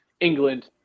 england